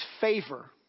favor